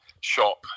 shop